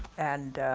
and